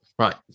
right